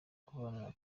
kubana